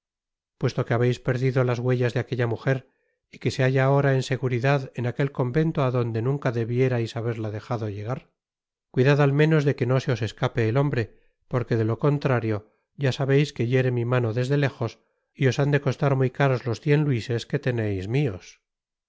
puesto que habeis perdido las huellas de aquella mujer y que se halla ahora en seguridad en aquel convento á donde nunca debierais haberla dejado llegar cuidad al menos de que no se os escape el hombre porque de lo contrario ya sabeis que hiere mi mano desde lejos y os han de costar muy caros los cien luises que teneis mios